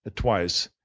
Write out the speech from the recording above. ah twice.